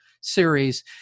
series